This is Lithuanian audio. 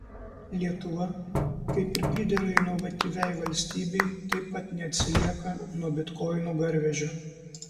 lietuva kaip ir pridera inovatyviai valstybei taip pat neatsilieka nuo bitkoinų garvežio